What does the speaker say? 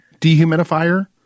dehumidifier